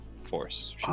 force